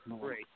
Great